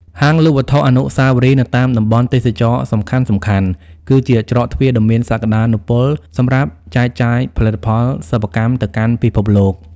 ហាងលក់វត្ថុអនុស្សាវរីយ៍នៅតាមតំបន់ទេសចរណ៍សំខាន់ៗ គឺជាច្រកទ្វារដ៏មានសក្ដានុពលសម្រាប់ចែកចាយផលិតផលសិប្បកម្មទៅកាន់ពិភពលោក។